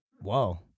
Whoa